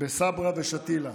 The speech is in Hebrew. בסברה ושתילה.